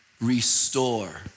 restore